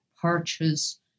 parches